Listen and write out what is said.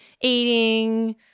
eating